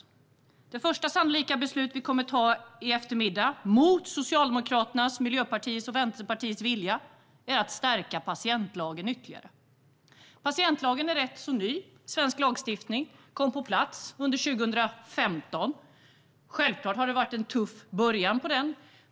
Ett av de beslut vi sannolikt kommer att ta i eftermiddag, mot Socialdemokraternas, Vänsterpartiets och Miljöpartiets vilja, är att stärka patientlagen ytterligare. Patientlagen är rätt ny. Lagstiftningen kom på plats 2015. Självklart har det varit en tuff början.